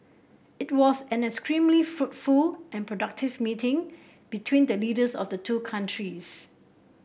it was an extremely fruitful and productive meeting between the leaders of the two countries